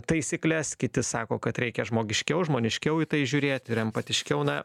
taisykles kiti sako kad reikia žmogiškiau žmoniškiau į tai žiūrėt ir empatiškiau na